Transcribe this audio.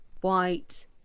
white